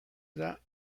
era